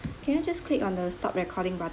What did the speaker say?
can you just click on the stop recording button